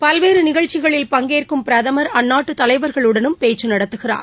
பல்வேறு நிகழ்ச்சிகளில் பங்கேற்கும் பிரதமர் அந்நாட்டு தலைவர்களுடனும் பேச்சு நடத்துகிறார்